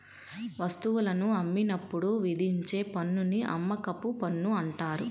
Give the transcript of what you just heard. వస్తువులను అమ్మినప్పుడు విధించే పన్నుని అమ్మకపు పన్ను అంటారు